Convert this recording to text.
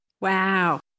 Wow